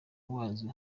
wazo